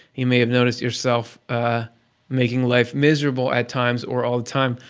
you may have noticed yourself making life miserable at times, or all the time,